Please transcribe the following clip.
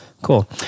Cool